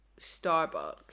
Starbucks